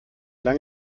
lange